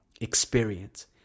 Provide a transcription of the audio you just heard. experience